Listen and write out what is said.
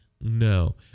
No